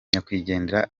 nyakwigendera